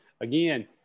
again